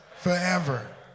forever